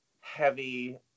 heavy